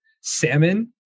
salmon